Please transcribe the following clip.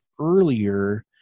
earlier